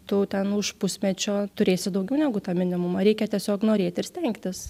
tu ten už pusmečio turėsi daugiau negu tą minimumą reikia tiesiog norėti ir stengtis